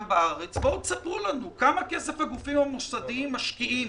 בואו תספרו לנו כמה כסף הגופים המוסדיים משקיעים